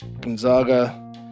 Gonzaga